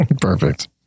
Perfect